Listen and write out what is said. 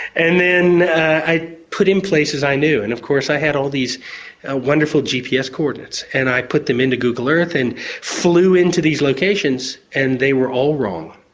and then i put in places i knew, and of course i had all these ah wonderful gps coordinates, and i put them into google earth and and flew into these locations and they were all wrong,